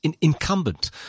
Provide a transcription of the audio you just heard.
incumbent